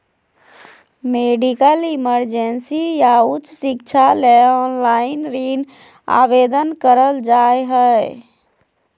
medical emergency या उच्च शिक्षा ले ऑनलाइन ऋण आवेदन करल जा हय